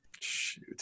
shoot